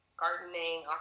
gardening